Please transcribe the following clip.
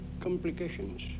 complications